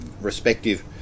respective